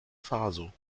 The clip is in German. faso